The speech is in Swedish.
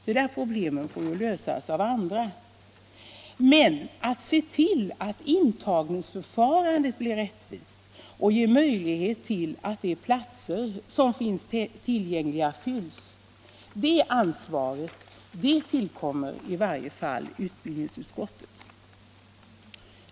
De problemen får lösas på annat håll. Men att se till att intagningsförfarandet blir rättvist och ger möjlighet till att de platser som finns tillgängliga fylls, det ansvaret tillkommer utbildningsutskottet.